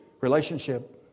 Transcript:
Relationship